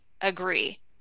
agree